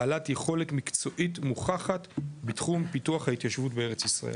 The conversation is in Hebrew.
בעלת יכולת מקצועית מוכחת בתחום פיתוח ההתיישבות בארץ ישראל",